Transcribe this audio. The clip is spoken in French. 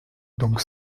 donc